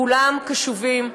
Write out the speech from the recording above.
כולם קשובים,